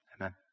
amen